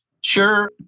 Sure